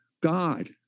God